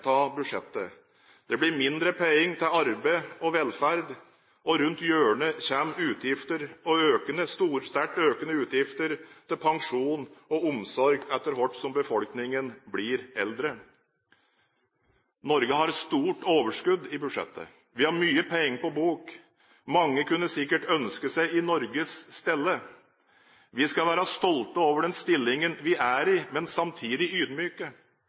budsjettet. Det blir mindre penger til arbeid og velferd. Rundt hjørnet kommer sterkt økende utgifter til pensjon og omsorg etter hvert som befolkningen blir eldre. Norge har stort overskudd i budsjettet, og vi har mye penger på bok. Mange kunne sikkert ønsket seg i Norges sted. Vi skal være stolte over den stillingen vi er i, men samtidig ydmyke.